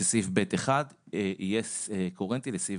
שסעיף (ב)(1) יהיה קוהרנטי לסעיף